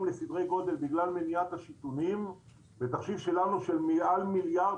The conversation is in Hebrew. לסדרי גודל בגלל מניעת שיטעונים בתחשיב שלנו של מעל מיליארד,